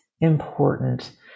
important